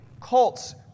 cults